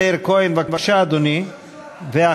חבר הכנסת מאיר כהן, בבקשה, אדוני.